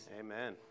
Amen